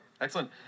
excellent